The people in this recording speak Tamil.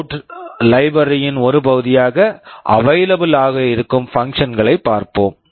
அவுட் PwmOut லைப்ரரி library ன் ஒரு பகுதியாக அவைலபிள் available ஆக இருக்கும் பங்ஷன்ஸ் functions களைப் பார்ப்போம்